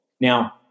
Now